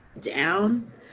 down